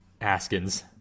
Askins